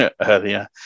earlier